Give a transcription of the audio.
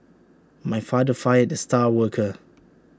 my father fired the star worker